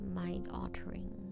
mind-altering